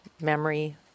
memory